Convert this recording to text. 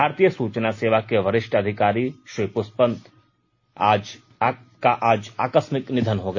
भारतीय सूचना सेवा के वरिष्ट अधिकारी श्री पुष्पवंत का आज आकस्मिक निधन हो गया